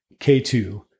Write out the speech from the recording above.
K2